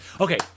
Okay